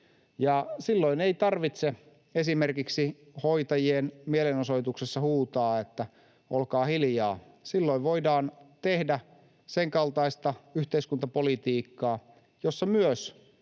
Silloin ei tarvitse esimerkiksi hoitajien mielenosoituksessa huutaa: ”Olkaa hiljaa.” Silloin voidaan tehdä senkaltaista yhteiskuntapolitiikkaa, jossa myös